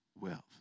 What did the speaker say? wealth